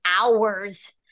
hours